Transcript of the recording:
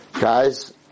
Guys